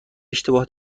اشتباه